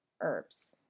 herbs